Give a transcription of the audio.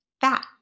fat